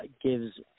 gives